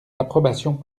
approbations